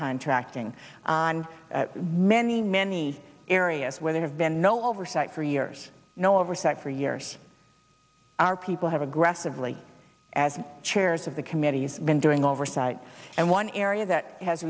contracting on many many areas where there have been no oversight for years no oversight for years our people have aggressively as chairs of the committees been doing oversight and one area that has